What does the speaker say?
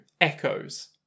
echoes